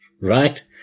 Right